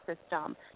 system